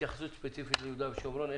והתייחסות ספציפית ליהודה ושומרון.